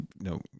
no